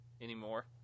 anymore